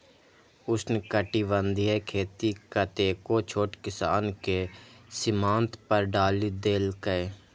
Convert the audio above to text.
उष्णकटिबंधीय खेती कतेको छोट किसान कें सीमांत पर डालि देलकै